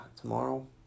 tomorrow